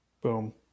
Boom